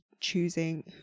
choosing